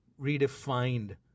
redefined